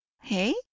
hey